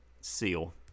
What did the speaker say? Seal